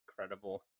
incredible